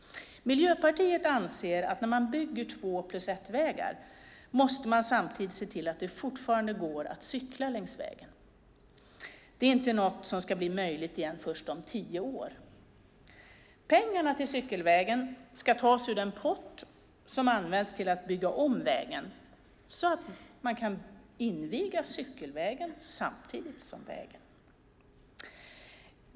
Miljöpartiet anser att man när man bygger två-plus-ett-vägar samtidigt måste se till att det fortfarande går att cykla längs vägen. Det är inte något som ska bli möjligt igen först efter tio år. Pengarna till cykelvägen ska tas ur den pott som används till att bygga om vägen, så att man kan inviga cykelvägen samtidigt som vägen.